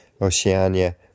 Oceania